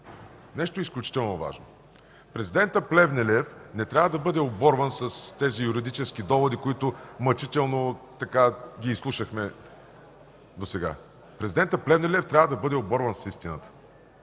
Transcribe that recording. нещо изключително важно. Президентът Плевнелиев не трябва да бъде оборван с тези юридически доводи, които мъчително слушахме досега. Президентът Плевнелиев трябва да бъде оборван с истината,